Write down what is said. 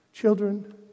Children